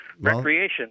recreation